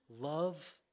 Love